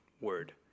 word